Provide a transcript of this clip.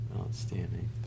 Outstanding